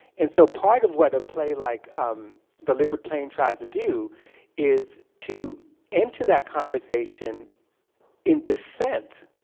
and so part of what a play like um the liquid plain tries to do is to enter that conversation in dissent,